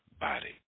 body